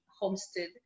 homestead